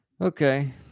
okay